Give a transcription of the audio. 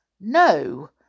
no